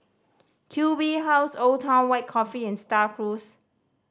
Q B House Old Town White Coffee and Star Cruise